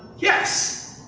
yes.